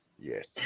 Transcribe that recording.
Yes